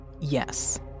yes